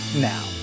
now